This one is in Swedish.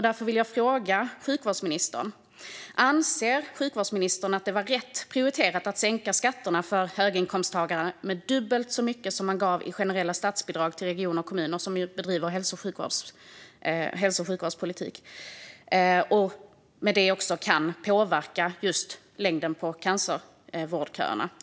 Därför vill jag fråga sjukvårdsministern: Anser sjukvårdsministern att det var rätt prioriterat att sänka skatterna för höginkomsttagare med dubbelt så mycket som man gav i generella statsbidrag till regioner och kommuner, som ju bedriver hälso och sjukvårdspolitik och därmed också kan påverka längden på cancervårdköerna?